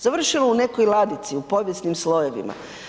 Završilo u nekoj ladici u povijesnim slojevima.